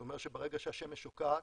זה אומר שברגע שהשמש שוקעת,